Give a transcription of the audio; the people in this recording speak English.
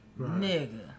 nigga